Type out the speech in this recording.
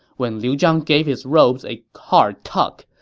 when liu zhang gave his robe a hard tuck,